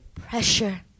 pressure